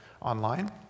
online